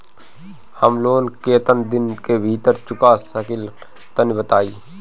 हम लोन केतना दिन के भीतर चुका सकिला तनि बताईं?